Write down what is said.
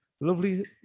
lovely